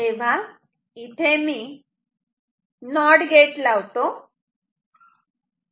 तेव्हा इथे मी नॉट गेट लावतो